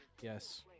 Yes